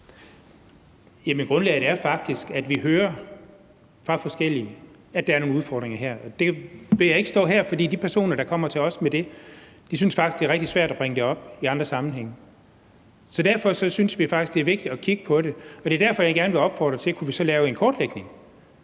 grundlaget er faktisk, at vi hører fra forskellige, at der er nogle udfordringer her. Det vil jeg ikke stå her og uddybe, for de personer, der kommer til os med det, synes faktisk, det er rigtig svært at bringe det op i andre sammenhænge. Så derfor synes vi faktisk, at det er vigtigt at kigge på det, og det er derfor, jeg gerne vil opfordre til, at vi laver en kortlægning,